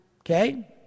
Okay